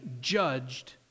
judged